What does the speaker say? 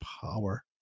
power